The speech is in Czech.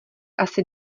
asi